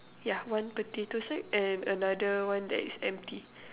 yeah one potato sack and another one that is empty